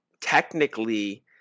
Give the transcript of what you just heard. technically